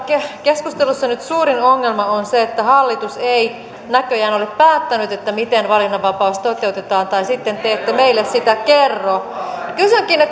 keskustelussa nyt suurin ongelma on se että hallitus ei näköjään ole päättänyt miten valinnanvapaus toteutetaan tai sitten te ette meille sitä kerro kysynkin